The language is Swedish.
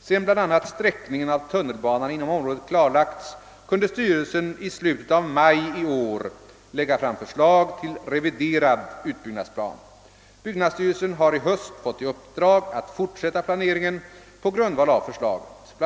Sedan bl.a. sträckningen av tunnelbanan inom området klarlagts kunde styrelsen i slutet av maj i år lägga fram förslag till reviderad utbyggnadsplan. Byggnadsstyrelsen har i höst fått i uppdrag att fortsätta planeringen på grundval av förslaget. Bl.